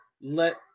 let